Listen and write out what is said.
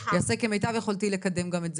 אעשה כמיטב יכולתי על מנת לקדם גם את זה.